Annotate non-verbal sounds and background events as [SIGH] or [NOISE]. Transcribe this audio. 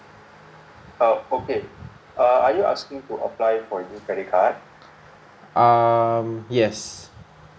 [NOISE] um yes